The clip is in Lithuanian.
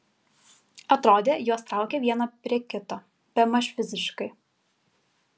atrodė juos traukia vieną prie kito bemaž fiziškai